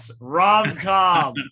rom-com